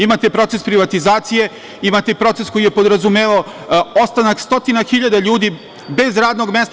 Imate proces privatizacije, imate proces koji je podrazumevao ostanak stotina hiljada ljudi bez radnog mesta.